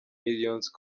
millions